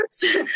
first